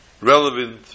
relevant